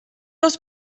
els